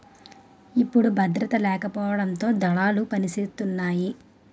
ఇప్పుడు భద్రత లేకపోవడంతో దళాలు పనిసేతున్నాయి